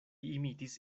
imitis